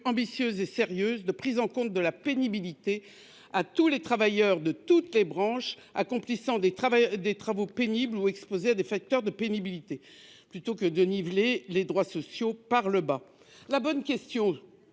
ambitieuses et sérieuses de prise en compte de la pénibilité à tous les travailleurs de toutes les branches qui accomplissent des travaux pénibles ou qui sont exposés à des facteurs de pénibilité, plutôt que de niveler les droits sociaux par le bas. La vraie question